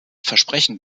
versprechen